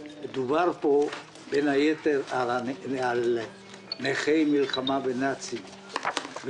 מדובר פה בין היתר על נכי המלחמה בנאצים.